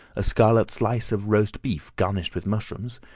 a scarlet slice of roast beef garnished with mushrooms,